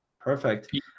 perfect